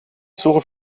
suche